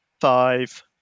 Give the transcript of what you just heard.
five